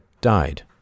died